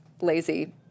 lazy